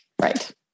Right